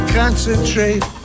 concentrate